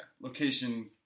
Location